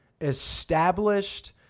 established